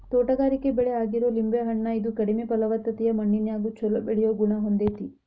ತೋಟಗಾರಿಕೆ ಬೆಳೆ ಆಗಿರೋ ಲಿಂಬೆ ಹಣ್ಣ, ಇದು ಕಡಿಮೆ ಫಲವತ್ತತೆಯ ಮಣ್ಣಿನ್ಯಾಗು ಚೊಲೋ ಬೆಳಿಯೋ ಗುಣ ಹೊಂದೇತಿ